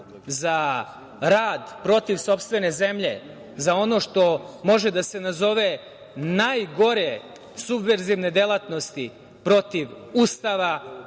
za rad protiv sopstvene zemlje, za ono što može da se nazove najgore subverzivne delatnosti protiv Ustava,